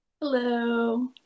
Hello